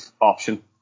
option